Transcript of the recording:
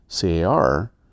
CAR